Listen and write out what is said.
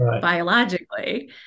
biologically